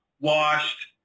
washed